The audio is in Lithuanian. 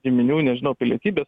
giminių nežinau pilietybės